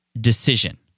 decision